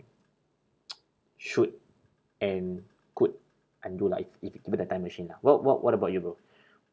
should and could undo lah if if given a time machine lah what what what about you bro